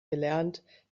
gelernt